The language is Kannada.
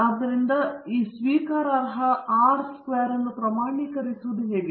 ಆದ್ದರಿಂದ ಇದು ಸ್ವೀಕಾರಾರ್ಹ ಆರ್ ವರ್ಗವನ್ನು ಪ್ರಮಾಣೀಕರಿಸುವುದು ಹೇಗೆ